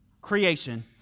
creation